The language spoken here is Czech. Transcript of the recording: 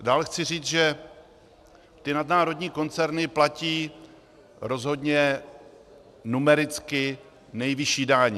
Dále chci říct, že ty nadnárodní koncerny platí rozhodně numericky nejvyšší daň.